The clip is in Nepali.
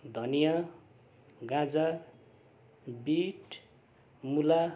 धनिया गाजर बिट मुला